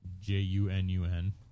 J-U-N-U-N